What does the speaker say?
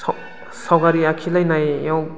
सावगारि आखिलायनायाव